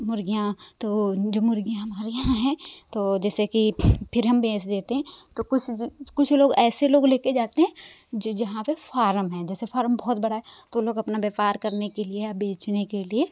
मुर्गियां तो जो मुर्गियां हमारी हैं तो वो जैसे कि फिर हम बेच देते हैं तो कुछ लोग ऐसे लोग ले के जाते हैं जहाँ पे फारम है जैसे फारम बहुत बड़ा है तो लोग अपना व्यापार करने के लिए या बेचने के लिए